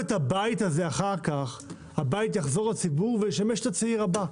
הבית אחר כך יחזור לציבור וישמש את הצעיר הבא.